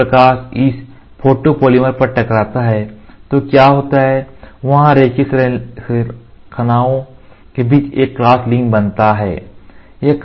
जब प्रकाश इस फोटोपॉलीमर पर टकराता है तो क्या होता है वहाँ रैखिक श्रृंखलाओं के बीच एक क्रॉस लिंक बनता है